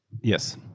yes